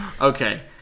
Okay